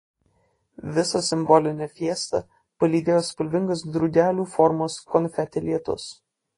visą simbolinę fiestą palydėjo spalvingas drugelių formos konfeti lietus